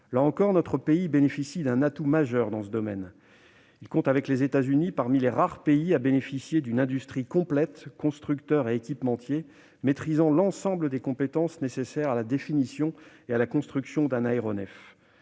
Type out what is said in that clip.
Là encore, la France bénéficie d'un atout majeur dans ce domaine : elle compte, avec les États-Unis, parmi les rares pays à bénéficier d'une industrie complète- constructeurs et équipementiers -maîtrisant l'ensemble des compétences nécessaires à la définition et à la construction d'un aéronef.